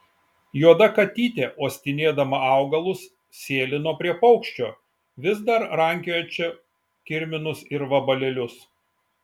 juoda katytė uostinėdama augalus sėlino prie paukščio vis dar rankiojančio kirminus ir vabalėlius